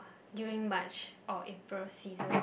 during March or April season